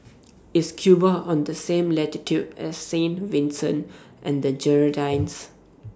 IS Cuba on The same latitude as Saint Vincent and The Grenadines